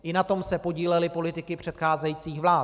I na tom se podílely politiky předcházejících vlád.